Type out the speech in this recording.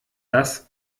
das